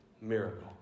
miracle